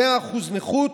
100% נכות,